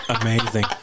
amazing